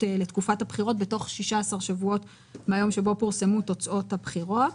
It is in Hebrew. לתקופת הבחירות בתוך 16 שבועות מיום שבו פורסמו תוצאות הבחירות,